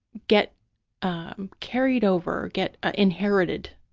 get um carried over, get inherited,